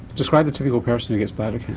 describe the typical person who gets bladder cancer?